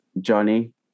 johnny